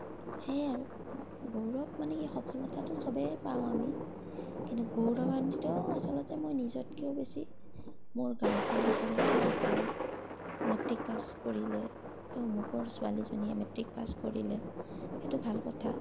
সেইয়াই আৰু গৌৰৱ মানে কি সফলতাটো চবেই পাওঁ আমি কিন্তু গৌৰৱান্বিত আচলতে মই নিজতকৈও বেছি মোৰ গাঁওখনে কৰে মোক লৈ মেট্ৰিক পাছ কৰিলে এই অমুকৰ ছোৱালীজনীয়ে মেট্ৰিক পাছ কৰিলে সেইটো ভাল কথা